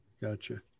Gotcha